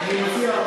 אני מציע,